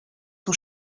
son